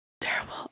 terrible